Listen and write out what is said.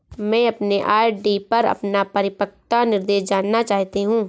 मैं अपने आर.डी पर अपना परिपक्वता निर्देश जानना चाहती हूँ